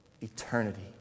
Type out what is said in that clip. eternity